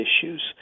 issues